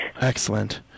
Excellent